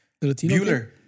Bueller